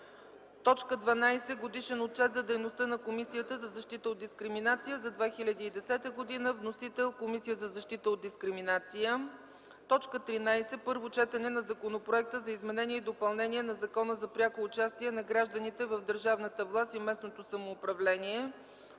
12. Годишен отчет за дейността на Комисията за защита от дискриминация за 2010 г. (Вносител: Комисия за защита от дискриминация.) 13. Първо четене на Законопроекта за изменение и допълнение на Закона за пряко участие на гражданите в държавната власт и местното самоуправление.